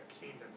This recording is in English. kingdom